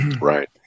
Right